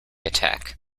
attack